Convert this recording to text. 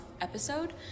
episode